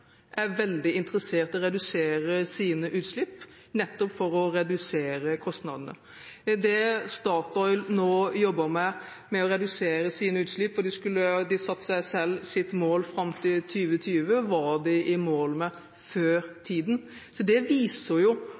er veldig interessert i å redusere sine utslipp, nettopp for å redusere kostnadene. Det Statoil nå jobber med, å redusere sine utslipp – de satte seg selv sitt mål fram til 2020 – var de i mål med før tiden. Det viser